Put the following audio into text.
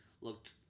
looked